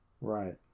Right